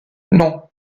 non